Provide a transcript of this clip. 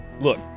Look